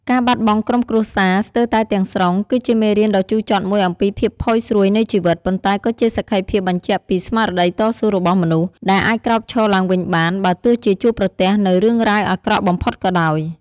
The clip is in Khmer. ការបាត់បង់ក្រុមគ្រួសារស្ទើរតែទាំងស្រុង គឺជាមេរៀនដ៏ជូរចត់មួយអំពីភាពផុយស្រួយនៃជីវិត ប៉ុន្តែក៏ជាសក្ខីភាពបញ្ជាក់ពី ស្មារតីតស៊ូរបស់មនុស្ស ដែលអាចក្រោកឈរឡើងវិញបាន បើទោះជាជួបប្រទះនូវរឿងរ៉ាវអាក្រក់បំផុតក៏ដោយ។